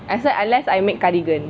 except unless I make cardigan